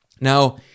Now